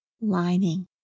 lining